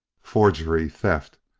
forgery! theft!